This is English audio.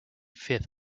fifth